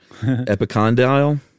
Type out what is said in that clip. Epicondyle